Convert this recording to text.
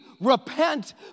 repent